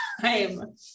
time